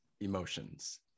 emotions